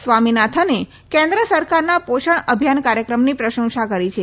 સ્વામિનાથને કેન્દ્ર સરકારના પોષણ અભિયાન કાર્યક્રમની પ્રશંસા કરી છે